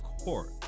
court